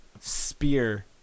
spear –